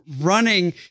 running